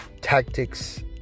tactics